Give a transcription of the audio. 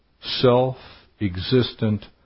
Self-existent